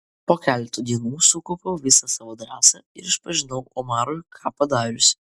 po keleto dienų sukaupiau visą savo drąsą ir išpažinau omarui ką padariusi